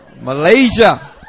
Malaysia